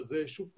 שוב פעם,